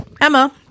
Emma